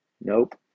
Nope